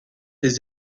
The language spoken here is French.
des